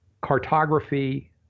Cartography